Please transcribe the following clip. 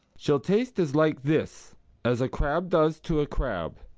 she'll taste as like this as a crab does to a crab.